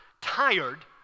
tired